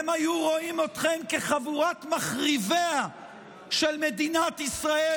הם היו רואים אתכם כחבורת מחריביה של מדינת ישראל,